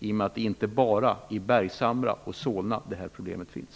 Det är inte bara i Bergshamra och Solna som problemen finns.